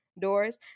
doors